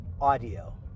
audio